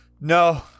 No